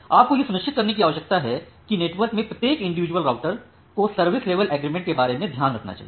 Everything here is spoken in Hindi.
आपको यह सुनिश्चित करने की आवश्यकता है कि नेटवर्क में प्रत्येक इंडिविजुअल राउटर को सर्विस लेवल एग्रीमेंट के बारे में ध्यान रखना चाहिए